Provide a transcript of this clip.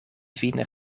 vin